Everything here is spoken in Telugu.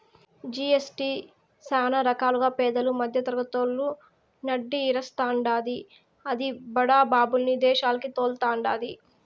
జి.ఎస్.టీ సానా రకాలుగా పేదలు, మద్దెతరగతోళ్ళు నడ్డి ఇరస్తాండాది, అది బడా బాబుల్ని ఇదేశాలకి తోల్తండాది